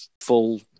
full